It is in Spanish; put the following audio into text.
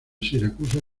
siracusa